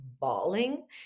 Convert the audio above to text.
bawling